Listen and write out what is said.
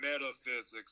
Metaphysics